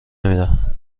نمیدهند